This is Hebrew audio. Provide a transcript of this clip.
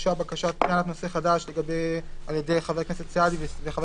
הוגשה בקשת טענת נושא חדש על ידי חבר הכנסת סעדי וחבר